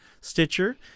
Stitcher